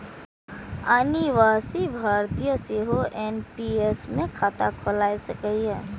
अनिवासी भारतीय सेहो एन.पी.एस मे खाता खोलाए सकैए